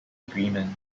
agreement